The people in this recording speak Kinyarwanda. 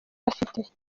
afite